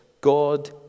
God